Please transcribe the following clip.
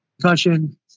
concussion